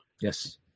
Yes